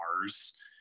Mars